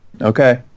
Okay